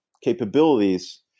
capabilities